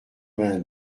vingt